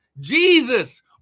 Jesus